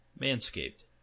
Manscaped